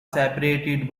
separated